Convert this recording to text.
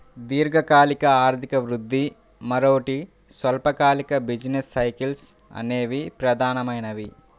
దీర్ఘకాలిక ఆర్థిక వృద్ధి, మరోటి స్వల్పకాలిక బిజినెస్ సైకిల్స్ అనేవి ప్రధానమైనవి